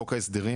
מחוק ההסדרים,